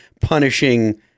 punishing